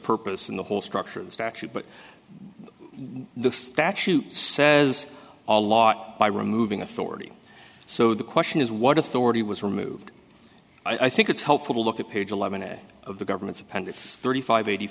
purpose in the whole structure of the statute but the statute says a lot by removing authority so the question is what authority was removed i think it's helpful to look at page eleven of the government's appended thirty five eighty